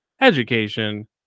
education